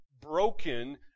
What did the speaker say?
broken